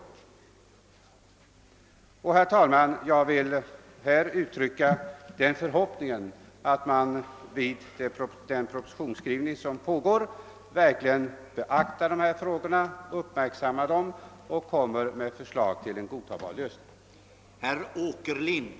Herr talman! Jag vill uttrycka den förhoppningen att man vid den propositionsskrivning som pågår verkligen beaktar dessa frågor och lägger fram förslag till en godtagbar lösning.